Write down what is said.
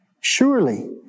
Surely